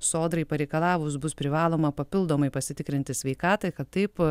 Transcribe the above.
sodrai pareikalavus bus privaloma papildomai pasitikrinti sveikatą kad taip